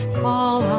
call